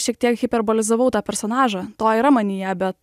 šiek tiek hiperbolizavau tą personažą to yra manyje bet